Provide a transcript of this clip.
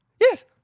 Yes